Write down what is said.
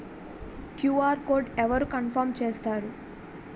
QR code అవరు confirm చేస్తారు?